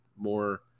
more